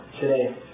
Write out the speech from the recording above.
today